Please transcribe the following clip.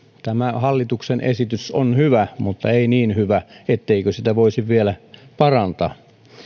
tämä hallituksen esitys on hyvä mutta ei niin hyvä etteikö sitä voisi vielä parantaa